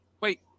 wait